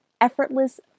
effortless